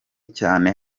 cyane